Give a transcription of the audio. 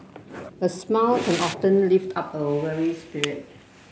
a smile can often lift up a weary spirit